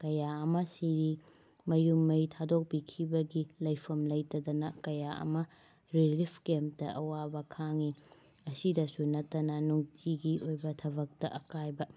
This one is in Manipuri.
ꯀꯌꯥ ꯑꯃ ꯁꯤꯔꯤ ꯃꯌꯨꯝ ꯃꯩ ꯊꯥꯗꯣꯛꯄꯤꯈꯤꯕꯒꯤ ꯂꯩꯐꯝ ꯂꯩꯇꯗꯅ ꯀꯌꯥ ꯑꯃ ꯔꯤꯂꯤꯐ ꯀꯦꯝꯇ ꯑꯋꯥꯕ ꯈꯥꯡꯉꯤ ꯑꯁꯤꯗꯁꯨ ꯅꯠꯇꯅ ꯅꯨꯡꯇꯤꯒꯤ ꯑꯣꯏꯕ ꯊꯕꯛꯇ ꯑꯀꯥꯏꯕ